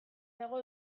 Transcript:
dago